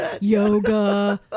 yoga